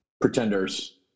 Pretenders